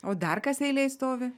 o dar kas eilėj stovi